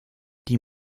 die